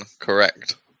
Correct